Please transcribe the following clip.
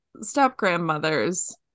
step-grandmother's